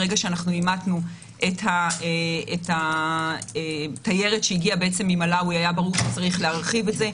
ברגע שאימתנו את התיירת שהגיעה ממלאווי היה ברור שצריך להרחיב את זה.